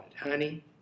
Honey